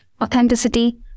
authenticity